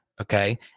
okay